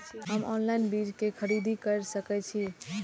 हम ऑनलाइन बीज के खरीदी केर सके छी?